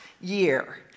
year